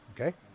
Okay